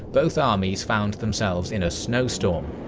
both armies found themselves in a snowstorm.